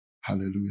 Hallelujah